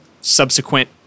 subsequent